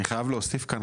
אני חייב להוסיף כאן,